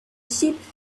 sheep